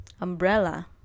umbrella